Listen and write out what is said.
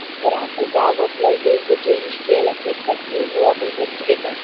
grafai galvas laikė išdidžiai iškėlę kaip kad jų luomui ir pridera